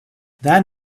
that